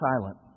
silent